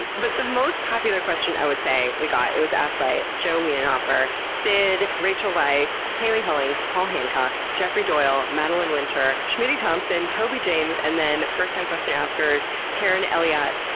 but the most popular question i would say we got, it was asked by joe weinhoffer, sid, rachel weiss, haile hullings, paul hancock, jeffrey doyle, madelyn winter, schmitty thompson, toby james, and then first-time question askers karen ellyatt,